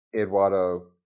Eduardo